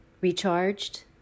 Recharged